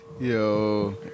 Yo